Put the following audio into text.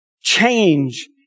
change